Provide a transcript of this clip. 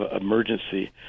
emergency